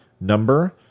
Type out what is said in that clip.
number